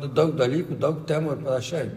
daug dalykų daug temų ir panašiai